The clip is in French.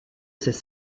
ces